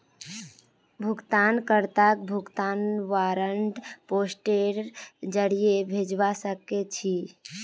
भुगतान कर्ताक भुगतान वारन्ट पोस्टेर जरीये भेजवा सके छी